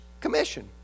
Commission